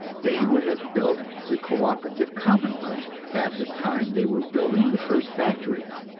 they would have built the co-operative commonwealth at the time they were building the first factories.